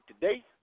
today